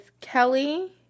Kelly